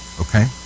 Okay